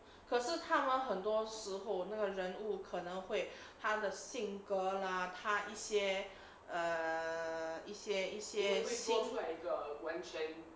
可是看完很多时候那个人物可能会他的性格啦他一些 err 一些一些新